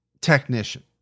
technician